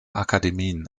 akademien